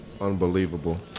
Unbelievable